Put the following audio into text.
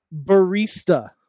Barista